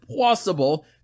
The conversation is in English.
possible